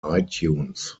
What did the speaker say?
itunes